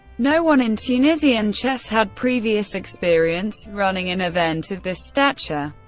no one in tunisian chess had previous experience running an event of this stature.